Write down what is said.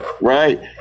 right